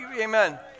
Amen